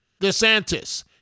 DeSantis